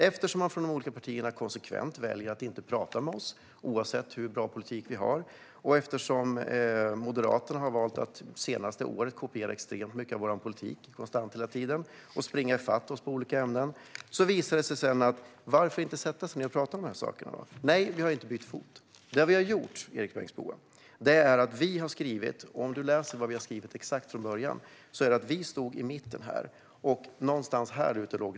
Eftersom de olika partierna konsekvent väljer att inte tala med oss, oavsett hur bra politik vi har, och eftersom Moderaterna det senaste året har valt att kopiera extremt mycket av vår politik - konstant, hela tiden - och springa ifatt oss i olika ämnen är ju frågan: Varför inte sätta sig ned och tala om dessa frågor? Nej, vi har inte bytt fot, Erik Bengtzboe. Om du läser exakt vad vi har skrivit från början ser du att vi stod i mitten i den här frågan.